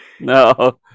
no